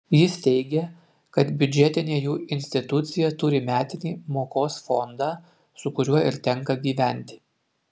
jis teigė kad biudžetinė jų institucija turi metinį mokos fondą su kuriuo ir tenka gyventi